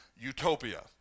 utopia